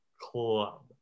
club